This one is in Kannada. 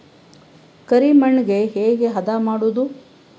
ಕರಿ ಮಣ್ಣಗೆ ಹೇಗೆ ಹದಾ ಮಾಡುದು?